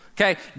Okay